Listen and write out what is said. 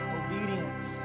obedience